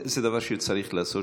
זה דבר שצריך לעשות.